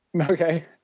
Okay